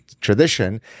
tradition